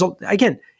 Again